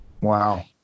wow